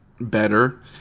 better